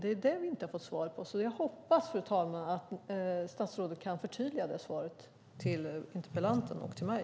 Det är det vi inte har fått svar på. Jag hoppas, fru talman, att statsrådet kan förtydliga svaret till interpellanten och till mig.